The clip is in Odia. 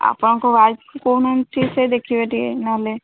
ଆପଣଙ୍କ ୱାଇଫ୍କୁ କହୁନାହାନ୍ତି ଟିକେ ସେ ଦେଖିବେ ଟିକେ ନ ହେଲେ